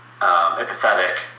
empathetic